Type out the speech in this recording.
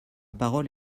parole